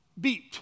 beeped